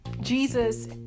Jesus